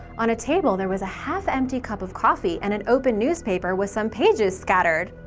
on a table, there was a half-empty cup of coffee and an open newspaper with some pages scattered.